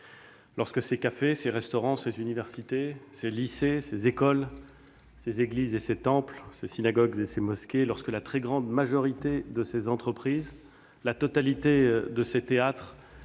lorsque ses cafés, ses restaurants, ses universités, ses lycées et ses écoles, ses églises et ses temples, ses synagogues et ses mosquées, lorsque la très grande majorité de ses entreprises, la totalité de ses théâtres,